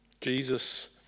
Jesus